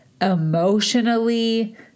emotionally